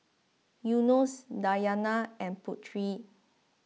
Yunos Dayana and Putri